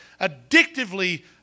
addictively